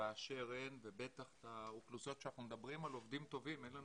באשר הן ובטח את האוכלוסיות שאנחנו מדברים עליהן.